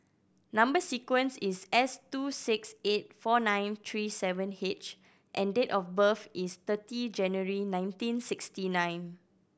number sequence is S two six eight four nine three seven H and date of birth is thirty January nineteen sixty nine